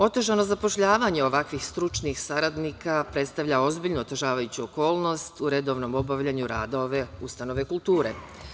Otežano zapošljavanje ovakvih stručnih saradnika predstavlja ozbiljnu otežavajuću okolnost u redovnom obavljanju rada ova ustanove kulture.